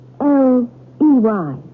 L-E-Y